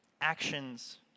actions